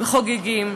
חוגגים.